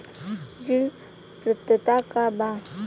ऋण पात्रता का बा?